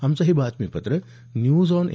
आमचं हे बातमीपत्र न्यूज ऑन ए